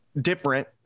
different